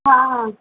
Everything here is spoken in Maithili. हँ